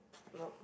no